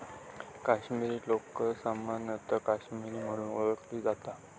काश्मीरी लोकर सामान्यतः काश्मीरी म्हणून ओळखली जाता